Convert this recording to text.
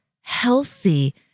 healthy